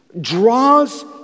draws